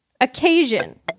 occasion